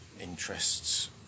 interests